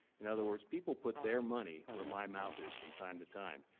in other words, people put their money where my mouth is, from time to time.